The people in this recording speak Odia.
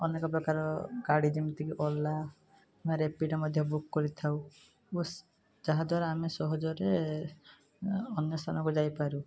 ଅନେକ ପ୍ରକାର ଗାଡ଼ି ଯେମିତିକି ଓଲା ବା ରେପିଡ଼ୋ ମଧ୍ୟ ବୁକ୍ କରିଥାଉ ବସ୍ ଯାହାଦ୍ଵାରା ଆମେ ସହଜରେ ଅନ୍ୟ ସ୍ଥାନକୁ ଯାଇପାରୁ